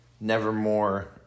Nevermore